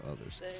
others